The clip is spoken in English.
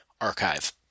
archive